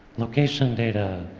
location data.